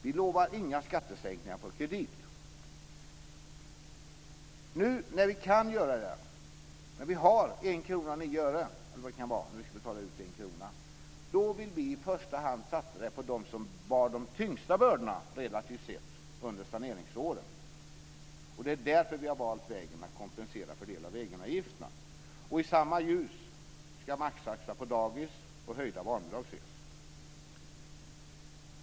Vi lovar inga skattesänkningar på kredit. Nu när vi kan göra det, när vi har en krona och nio öre eller vad det kan vara när vi ska betala ut en krona, vill vi i första hand satsa på dem som bar de tyngsta bördorna, relativt sett, under saneringsåren. Det är därför vi har valt vägen att kompensera för en del av egenavgifterna. I samma ljus ska maxtaxa på dagis och höjda barnbidrag ses.